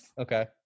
okay